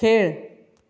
खेळ